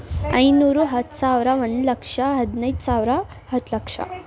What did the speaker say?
ಐನೂರು ಹತ್ತು ಸಾವಿರ ಒಂದು ಲಕ್ಷ ಹದಿನೈದು ಸಾವಿರ ಹತ್ತು ಲಕ್ಷ